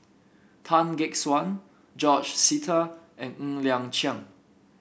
Tan Gek Suan George Sita and Ng Liang Chiang